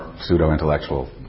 pseudo-intellectual